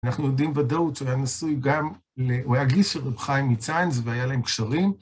אנחנו יודעים בוודאות שהוא היה נשוי גם ל.. הוא היה גיס של רב חיים מצאנז והיה להם קשרים.